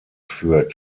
führt